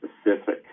specific